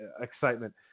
excitement